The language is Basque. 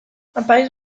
apaiz